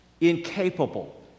incapable